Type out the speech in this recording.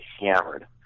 hammered